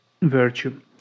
virtue